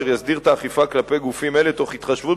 אשר יסדיר את האכיפה כלפי גופים אלה תוך התחשבות